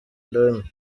loni